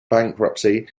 bankruptcy